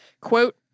Quote